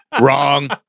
Wrong